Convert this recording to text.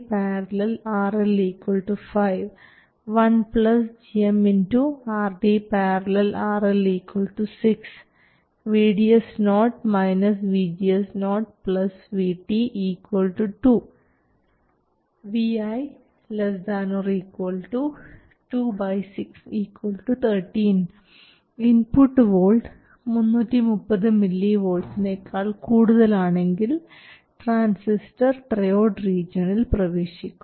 ഇത് സാച്ചുറേഷൻ റീജിയണിൽ ആകണമെങ്കിൽ vi ≤ VDS0 VGS0 VT 1 gm RD ║ RL ഇനി ഇത് എത്രയാണ് VDS0 4 volts VGS0 3 volts VT 1 volt gm RD ║ RL 5 1 gm RD ║ RL 6 VDS0 VGS0 VT 2 vi ≤ 2 6 13 input volt 330 മില്ലി വോൾട്ട്സിനേക്കാൾ കൂടുതൽ ആണെങ്കിൽ ട്രാൻസിസ്റ്റർ ട്രയോഡ് റീജിയണിൽ പ്രവേശിക്കും